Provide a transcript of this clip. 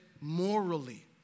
morally